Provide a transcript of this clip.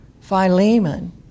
Philemon